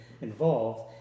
involved